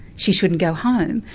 she shouldn't go home.